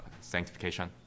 sanctification